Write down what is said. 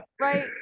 right